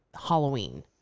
Halloween